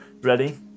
ready